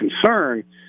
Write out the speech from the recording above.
concern